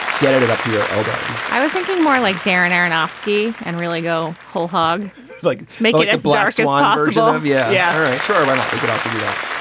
get it it up to your elbows i was thinking more like darren aronofsky and really go whole hog like make it black swan sort of yeah. yeah, right sure, why not? we could also do that.